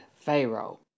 Pharaoh